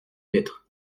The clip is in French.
lettres